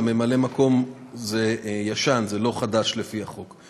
ממלא המקום זה ישן, זה לא חדש, לפי החוק.